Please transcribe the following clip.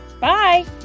Bye